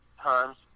times